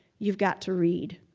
you've got to read.